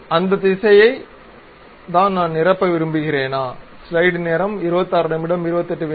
அந்த திசையை தான் நான் நிரப்ப விரும்புகிறேனா